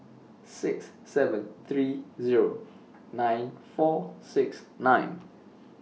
six seven three Zero nine four six nine